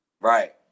Right